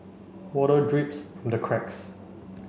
water drips from the cracks